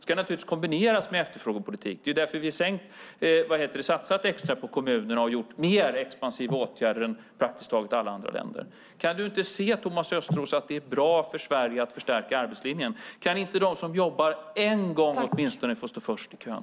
Det ska kombineras med efterfrågepolitik. Det är därför vi har satsat extra på kommuner och har vidtagit mer expansiva åtgärder än praktiskt taget alla andra länder. Kan du inte se, Thomas Östros, att det är bra för Sverige att förstärka arbetslinjen? Kan inte de som jobbar åtminstone en gång få stå först i kön?